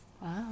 Wow